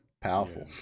Powerful